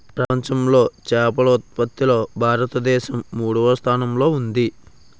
ప్రపంచంలో చేపల ఉత్పత్తిలో భారతదేశం మూడవ స్థానంలో ఉంది